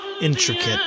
intricate